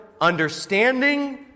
understanding